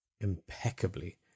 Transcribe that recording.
impeccably